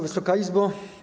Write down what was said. Wysoka Izbo!